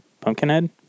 Pumpkinhead